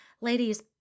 Ladies